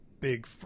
big